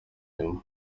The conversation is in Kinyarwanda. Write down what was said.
nyuma